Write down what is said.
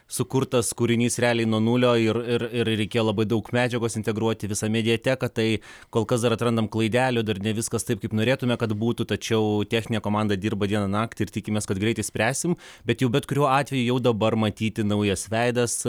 sukurtas kūrinys realiai nuo nulio ir ir reikėjo labai daug medžiagos integruoti visą mediateką tai kol kas dar atrandam klaidelių dar ne viskas taip kaip norėtume kad būtų tačiau techninė komanda dirba dieną naktį ir tikimės kad greit išspręsim bet jau bet kuriuo atveju jau dabar matyti naujas veidas